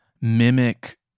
mimic